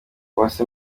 uwase